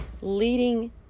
leading